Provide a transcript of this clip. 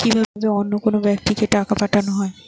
কি ভাবে অন্য কোনো ব্যাক্তিকে টাকা পাঠানো হয়?